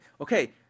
Okay